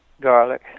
garlic